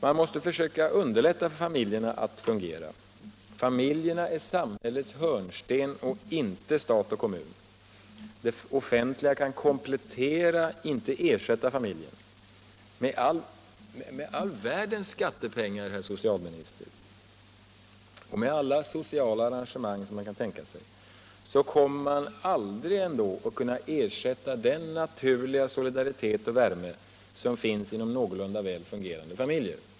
Man måste försöka underlätta för familjerna att fungera. Familjen är samhällets grundsten, inte stat och kommun. Det offentliga kan komplettera, inte ersätta familjen. Med all världens skattepengar, herr socialminister, och sociala arrangemang kommer man aldrig att kunna ersätta den naturliga solidaritet och värme som finns inom någorlunda väl fungerande familjer.